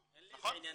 נכון.